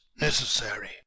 necessary